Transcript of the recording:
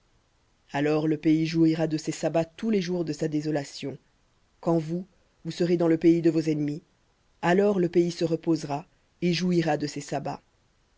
alors le pays jouira de ses sabbats tous les jours de sa désolation quand vous vous serez dans le pays de vos ennemis alors le pays se reposera et jouira de ses sabbats